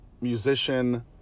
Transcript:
musician